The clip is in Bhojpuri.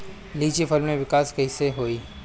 लीची फल में विकास कइसे होई?